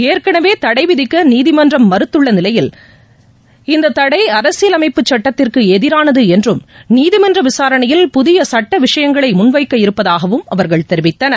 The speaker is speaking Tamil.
ஏற்கனவே தடைவிதிக்க நீதிமன்றம் மறத்துள்ளநிலையில் இந்தத்தடை அரசியல் அமைப்பு சுட்டத்திற்கு எதிரானது என்றும் நீதிமன்ற விசாரணையில் புதிய சட்ட விஷயங்களை முன்வைக்க இருப்பதாகவும் அவர்கள் தெரிவித்தனர்